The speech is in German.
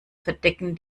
verdecken